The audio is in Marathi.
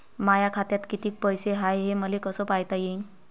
माया खात्यात कितीक पैसे हाय, हे मले कस पायता येईन?